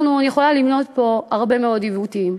אני יכולה למנות פה הרבה מאוד עיוותים,